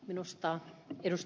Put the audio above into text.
minusta ed